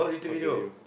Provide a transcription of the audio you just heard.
how are you